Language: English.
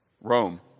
Rome